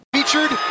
Featured